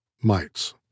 Mites